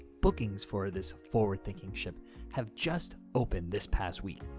bookings for this forward-thinking ship have just opened this past week.